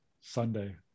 Sunday